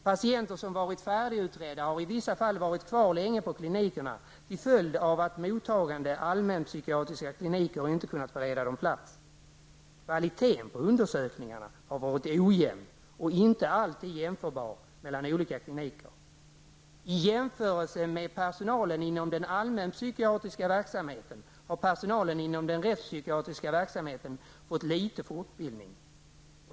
Patienter som har varit färdigutredda har i vissa fall varit kvar länge på klinikerna på grund av att mottagande allmänpsykiatriska kliniker inte har kunnat bereda plats. Kvaliteten på undersökningarna har varit ojämn och inte alltid lika på olika kliniker. I jämförelse med vad som gäller för personalen inom den allmänpsykiatriska verksamheten har personalen inom den rättspsykiatriska verksamheten fått bara litet fortbildning.